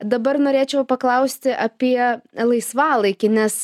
dabar norėčiau paklausti apie laisvalaikį nes